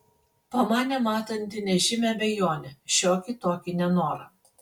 pamanė matanti nežymią abejonę šiokį tokį nenorą